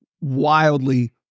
wildly